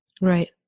Right